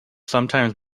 sometimes